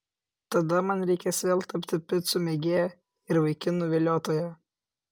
tada man reikės vėl tapti picų mėgėja ir vaikinų viliotoja